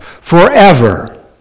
forever